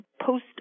post